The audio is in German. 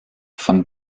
von